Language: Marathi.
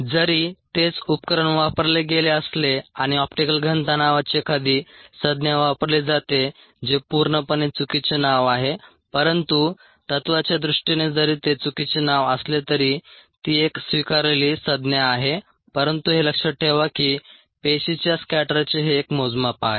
जरी तेच उपकरण वापरले गेले असले आणि ऑप्टिकल घनता नावाची एखादी संज्ञा वापरली जाते जे पूर्णपणे चुकीचे नाव आहे परंतु तत्त्वाच्या दृष्टीने जरी ते चुकीचे नाव असले तरी ती एक स्वीकारलेली संज्ञा आहे परंतु हे लक्षात ठेवा की पेशीच्या स्कॅटरचे हे एक मोजमाप आहे